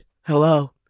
Hello